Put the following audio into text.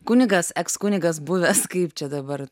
kunigas eks kunigas buvęs kaip čia dabar